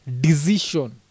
decision